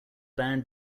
band